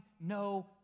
no